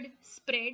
spread